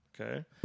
okay